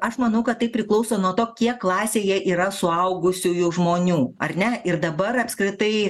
aš manau kad tai priklauso nuo to kiek klasėje yra suaugusiųjų žmonių ar ne ir dabar apskritai